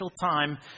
time